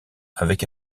avec